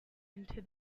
into